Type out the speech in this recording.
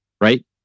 Right